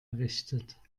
errichtet